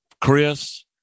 Chris